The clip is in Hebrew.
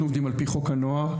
אנחנו עובדים על-פי חוק הנוער.